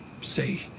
Say